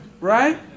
right